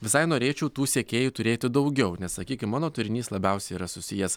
visai norėčiau tų sekėjų turėti daugiau nes sakykim mano turinys labiausiai yra susijęs